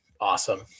awesome